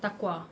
TAQWA